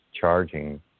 charging